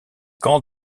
camps